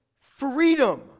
freedom